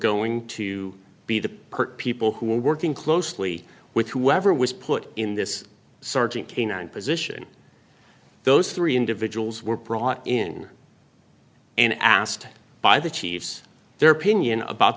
going to be the perfect people who were working closely with whoever was put in this sergeant canine position those three individuals were brought in and asked by the chiefs their opinion about